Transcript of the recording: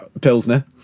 Pilsner